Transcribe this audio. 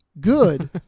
good